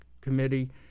committee